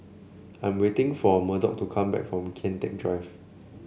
I'm waiting for Murdock to come back from Kian Teck Drive